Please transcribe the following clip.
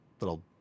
little